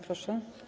Proszę.